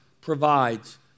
provides